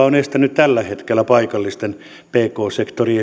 on estänyt tällä hetkellä esimerkiksi paikallisten pk sektorin